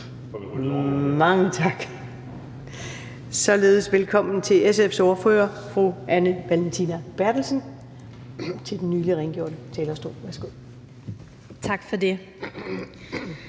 og således velkommen til SF's ordfører, fru Anne Valentina Berthelsen, til den nyligt rengjorte talerstol. Værsgo. Kl.